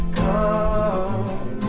come